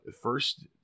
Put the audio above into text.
First